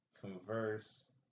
converse